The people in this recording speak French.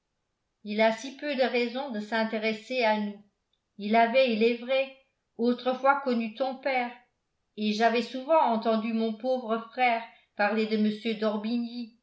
il a si peu de raisons de s'intéresser à nous il avait il est vrai autrefois connu ton père et j'avais souvent entendu mon pauvre frère parler de